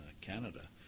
Canada